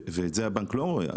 ואת זה הבנק לא רואה.